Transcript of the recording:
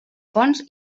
fonts